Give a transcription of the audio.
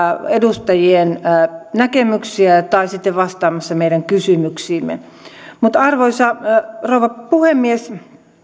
edustajien näkemyksiä tai sitten vastaamassa meidän kysymyksiimme arvoisa rouva puhemies